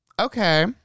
Okay